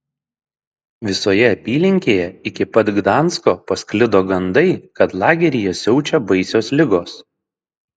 visoje apylinkėje iki pat gdansko pasklido gandai kad lageryje siaučia baisios ligos